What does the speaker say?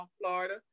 Florida